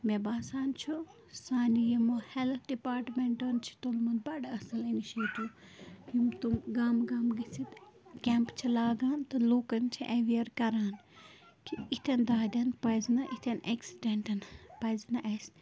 مےٚ باسان چھُ سانہِ یِم ہٮ۪لتھ ڈِپارٹمٮ۪نٛٹَن چھُ تُلمُت بَڈٕ اصٕل اِنِشیٹِو یِم تِم گامہٕ گامہٕ گٔژھِتھ کیمپ چھٕ لاگان تہٕ لوٗکَن چھٕ اٮ۪ویر کران کہِ یِتھٮ۪ن دادٮ۪ن پَزِ نہٕ یِتھٮ۪ن اٮ۪کسیٖڈنٛٹَن پَزِ نہٕ اسہِ